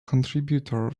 contributor